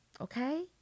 okay